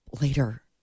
Later